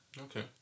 Okay